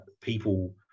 people